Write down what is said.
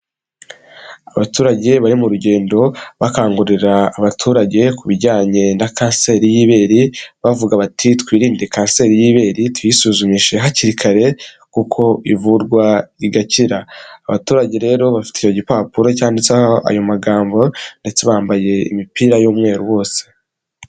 Abaturage bari mu rugendo, bakangurira abaturage ku bijyanye na Kanseri y'ibere, bavuga bati twirinde Kanseri y'ibere tuyisuzumishije hakiri kare kuko ivurwa igakira. Abaturage rero bafite icyo gipapuro cyanditseho ayo magambo ndetse bambaye imipira y'umweru bose.